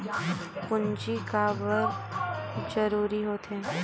पूंजी का बार जरूरी हो थे?